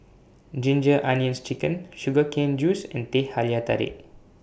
Ginger Onions Chicken Sugar Cane Juice and Teh Halia Tarik